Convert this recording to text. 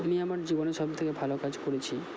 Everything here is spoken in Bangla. আমি আমার জীবনে সব থেকে ভালো কাজ করেছি